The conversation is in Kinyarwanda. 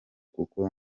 kuko